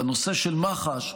בנושא של מח"ש,